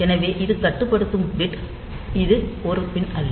எனவே இது கட்டுப்படுத்தப்படும் பிட் இது ஒரு பின் அல்ல